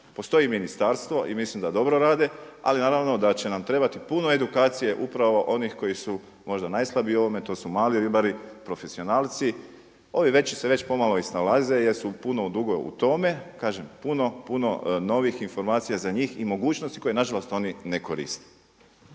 postoji ministarstvo i mislim da dobro rade, ali naravno da će nam trebati puno edukacije upravo onih koji su možda najslabiji u ovome, to su mali ribari profesionalci. Ovi veći se već pomalo i snalaze jer su puno dugo u tome. Kažem puno, puno novih informacija za njih i mogućnosti koje na žalost oni ne koriste.